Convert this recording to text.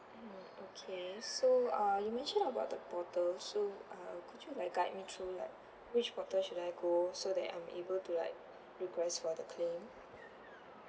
hmm okay so uh you mentioned about the portals so uh could you like guide me through like which portal should I go so that I'm able to like request for the claim